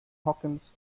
hawkins